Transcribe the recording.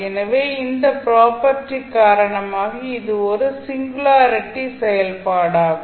எனவே இந்த ப்ராப்பர்ட்டி காரணமாக இது ஒரு சிங்குலாரிட்டி செயல்பாடாகும்